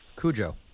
Cujo